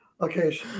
okay